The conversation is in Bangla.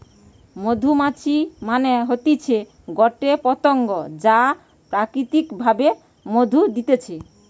মধুমাছি মানে হতিছে গটে পতঙ্গ যা প্রাকৃতিক ভাবে মধু দিতেছে